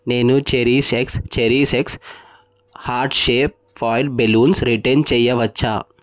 నేను Cherish X Cherish X heart shape foil balloons return చేయవచ్చా